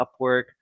Upwork